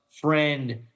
friend